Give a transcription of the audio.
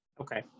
okay